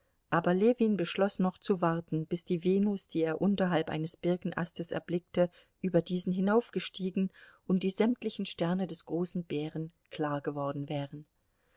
aber ljewin beschloß noch zu warten bis die venus die er unterhalb eines birkenastes erblickte über diesen hinaufgestiegen und die sämtlichen sterne des großen bären klar geworden wären